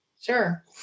Sure